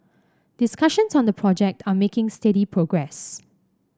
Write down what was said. discussions on the project are making steady progress